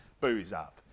booze-up